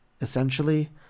essentially